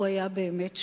הוא היה באמת שונה.